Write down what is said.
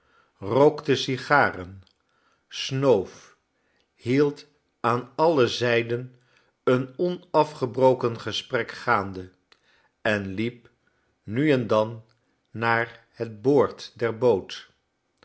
rookte sigaren snoof hield aan alle zijden een onafgebroken gesprek'gaande en liep nu en dan naar het boord der boot